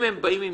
אם הם באים עם